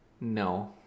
no